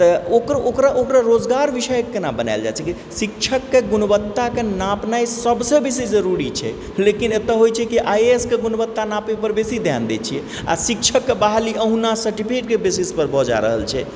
तऽ ओकर ओकर ओकरा रोजगार विषय केना बनायल जाइ सकय छै शिक्षकके गुणवत्ताके नापने सब सँ बेसी जरूरी छै लेकिन एतऽ होइ छै कि आइ ए एस के गुणवत्ता नापयपर बेसी ध्यान दै छियै आओर शिक्षकके बहाली अहुना सर्टिफिकेटके बेसिसपर भऽ जा रहल छै